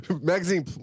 Magazine